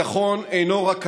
"ביטחון איננו רק הטנק,